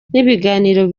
n’ibiganiro